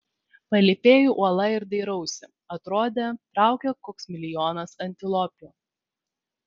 palypėju uola ir dairausi atrodė traukia koks milijonas antilopių